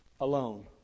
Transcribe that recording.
Alone